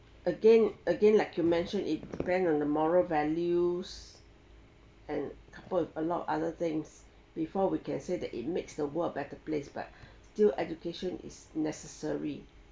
again again like you mentioned it depends on the moral values and coupled with a lot of other things before we can say that it makes the world a better place but still education is necessary